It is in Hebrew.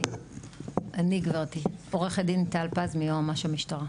אני גברתי, עורכת דין טל פז מיועמ"ש המשטרה.